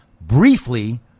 briefly